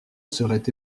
serait